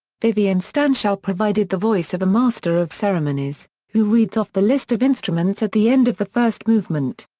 vivian stanshall provided the voice of the master of ceremonies who reads off the list of instruments at the end of the first movement.